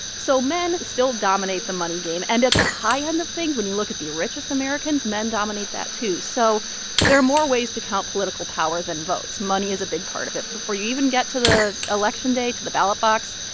so men still dominate the money game. and at the high end of things, when you look at the richest americans, men dominate that too. so there are more ways to count political power than votes. money is a big part of it. before you even get to the election day, to the ballot box,